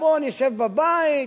בוא נשב בבית,